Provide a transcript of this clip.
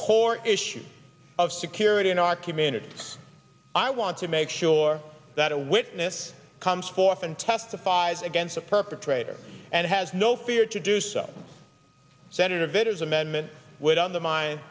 core issue of security in our community i want to make sure that a witness comes forth and testifies against a perpetrator and has no fear to do so senator vitter is amendment would undermine